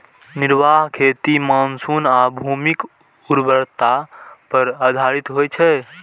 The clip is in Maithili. निर्वाह खेती मानसून आ भूमिक उर्वरता पर आधारित होइ छै